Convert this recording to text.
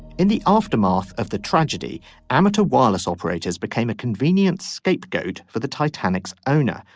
in the aftermath of the tragedy amateur wireless operators became a convenient scapegoat for the titanic's owner.